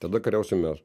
tada kariausim mes